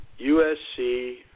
USC